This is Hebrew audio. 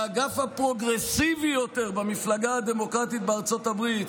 מהאגף הפרוגרסיבי יותר במפלגה הדמוקרטית בארצות הברית,